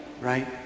Right